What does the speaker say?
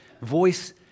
voice